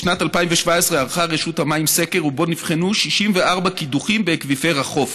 בשנת 2017 ערכה רשות המים סקר ובו נבחנו 64 קידוחים באקוויפר החוף,